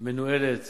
מנוהלת